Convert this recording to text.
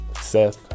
Seth